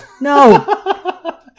No